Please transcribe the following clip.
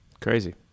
Crazy